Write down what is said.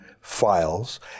files